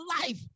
life